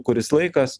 kuris laikas